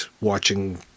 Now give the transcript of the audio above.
watching